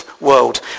world